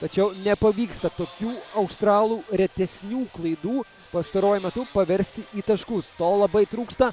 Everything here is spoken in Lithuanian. tačiau nepavyksta tokių australų retesnių klaidų pastaruoju metu paversti į taškus to labai trūksta